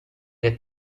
che